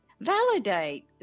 validate